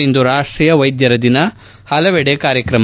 ಇಂದು ರಾಷ್ಟೀಯ ವೈದ್ಧರ ದಿನ ಹಲವೆಡೆ ಕಾರ್ಯಕ್ರಮ